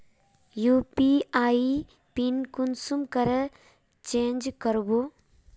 UPI PIN कुंसम करे change करबो?